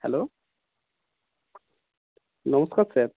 hello নমস্কার sir